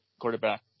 quarterback